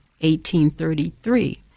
1833